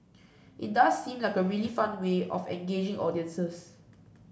it does seem like a really fun way of engaging audiences